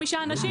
חמישה אנשים,